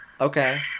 Okay